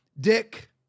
Dick